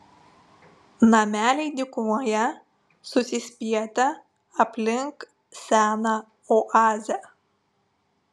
nameliai dykumoje susispietę aplink seną oazę